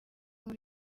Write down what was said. muri